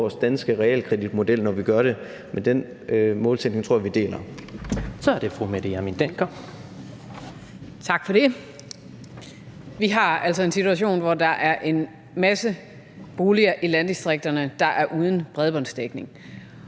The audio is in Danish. Vi har altså en situation, hvor der er en masse boliger i landdistrikterne, der er uden bredbåndsdækning.